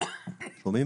אגיד